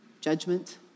judgment